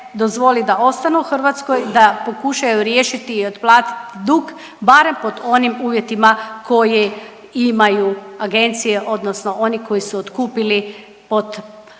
dozvoli da ostanu u Hrvatskoj, da pokušaju riješiti i otplatiti dug barem pod onim uvjetima koji imaju agencije odnosno oni koji su otkupili